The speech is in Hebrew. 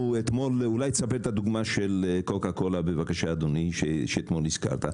אולי תספר את הדוגמה של קוקה קולה, שהזכרת אתמול.